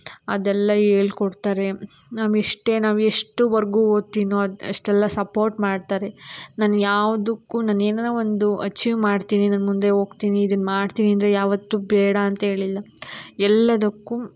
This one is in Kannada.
ಅದೆಲ್ಲ ಹೇಳ್ಕೊಡ್ತಾರೆ ನಮ್ಮ ಎಷ್ಟೇ ನಾವು ಎಷ್ಟ್ರವರ್ಗು ಓದ್ತೀನೋ ಅದು ಅಷ್ಟೆಲ್ಲ ಸಪೋರ್ಟ್ ಮಾಡ್ತಾರೆ ನಾನು ಯಾವ್ದಕ್ಕೂ ನಾನು ಏನಾರ ಒಂದು ಅಚೀವ್ ಮಾಡ್ತೀನಿ ನಾನು ಮುಂದೆ ಹೋಗ್ತೀನಿ ಇದನ್ನು ಮಾಡ್ತೀನಿ ಅಂದರೆ ಯಾವತ್ತೂ ಬೇಡ ಅಂತ ಹೇಳಿಲ್ಲ ಎಲ್ಲದಕ್ಕೂ